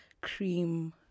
cream